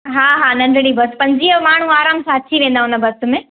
हा हा नंढणी बस पंजवीह माण्हू आराम सां अची वेंदा उन बस में